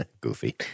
Goofy